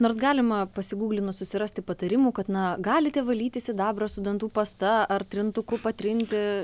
nors galima pasigūglinus susirasti patarimų kad na galite valyti sidabrą su dantų pasta ar trintuku patrinti